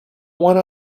one